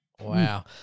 Wow